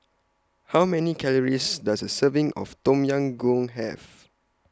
How Many Calories Does A Serving of Tom Yam Goong Have